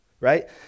right